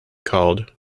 called